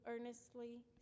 earnestly